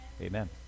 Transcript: amen